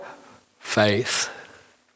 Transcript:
faith